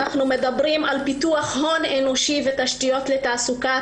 אנחנו מדברים על פיתוח הון אנושי ותשתיות לתעסוקה.